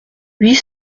huit